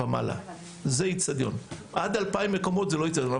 ועד 2,000 מקומות ישיבה זה לא אצטדיון.